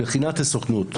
מבחינת הסוכנות,